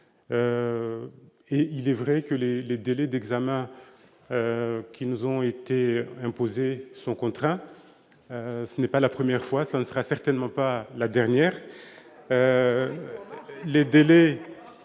Il est vrai que les délais d'examen qui nous ont été imposés sont contraints. Ce n'est pas la première fois, et ce ne sera certainement pas la dernière